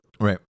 right